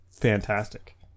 fantastic